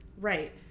right